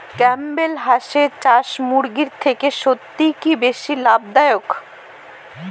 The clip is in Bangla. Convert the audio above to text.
ক্যাম্পবেল হাঁসের চাষ মুরগির থেকে সত্যিই কি বেশি লাভ দায়ক?